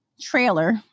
trailer